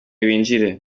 binjire